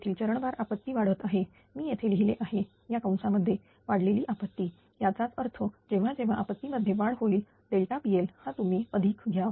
तेथील चरण भार आपत्ती वाढत आहे मी येथे लिहिले आहे या कंसामध्ये वाढलेली आपत्ती याचाच अर्थ जेव्हा जेव्हा आपत्ती मध्ये वाढ होईल pL हा तुम्ही अधिक घ्या